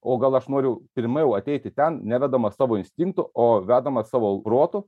o gal aš noriu pirmiau ateiti ten nevedamas savo instinktų o vedamas savo protu